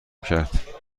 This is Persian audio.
کرد